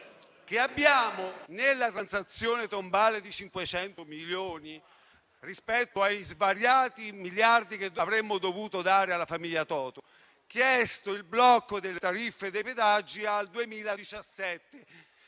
*(FdI)*. Nella transazione tombale di 500 milioni, rispetto agli svariati miliardi che avremmo dovuto dare alla famiglia Toto, abbiamo chiesto il blocco delle tariffe dei pedaggi al 2017,